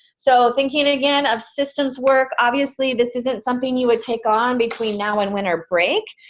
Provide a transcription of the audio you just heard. so thinking again of systems work-obviously this isn't something you would take on between now and winter break.